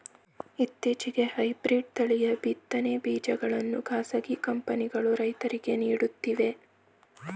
ಇತ್ತೀಚೆಗೆ ಹೈಬ್ರಿಡ್ ತಳಿಯ ಬಿತ್ತನೆ ಬೀಜಗಳನ್ನು ಖಾಸಗಿ ಕಂಪನಿಗಳು ರೈತರಿಗೆ ನೀಡುತ್ತಿವೆ